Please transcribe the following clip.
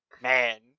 man